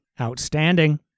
Outstanding